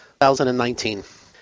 2019